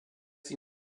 sie